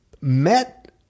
met